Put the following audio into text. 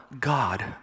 God